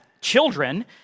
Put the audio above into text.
Children